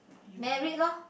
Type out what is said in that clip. married loh